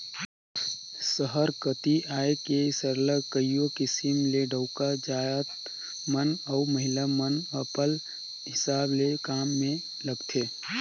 सहर कती आए के सरलग कइयो किसिम ले डउका जाएत मन अउ महिला मन अपल हिसाब ले काम में लगथें